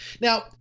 Now